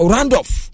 Randolph